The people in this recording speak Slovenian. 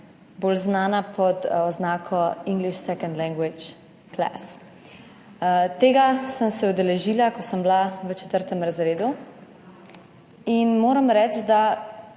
bolj znana pod oznako English second language class. Tega sem se udeležila, ko sem bila v četrtem razredu, in moram reči, da